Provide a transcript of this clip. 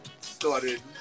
started